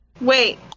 wait